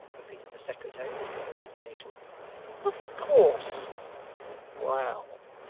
repeated the secretary with some indignation of course well,